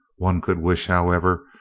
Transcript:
one could wish, however,